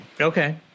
Okay